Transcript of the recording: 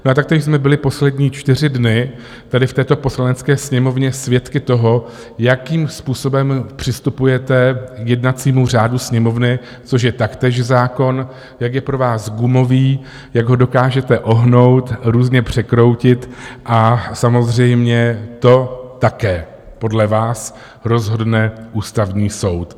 No a taktéž jsme byli poslední čtyři dny tady v této Poslanecké sněmovně svědky toho, jakým způsobem přistupujete k jednacímu řádu Sněmovny, což je taktéž zákon, jak je pro vás gumový, jak ho dokážete ohnout, různě překroutit, a samozřejmě to také podle vás rozhodne Ústavní soud.